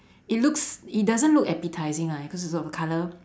it looks it doesn't look appetising lah because of the colour